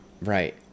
right